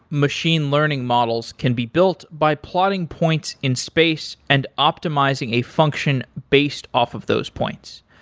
machine learning models can be built by plotting points in space and optimizing a function based off of those points.